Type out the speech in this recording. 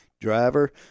driver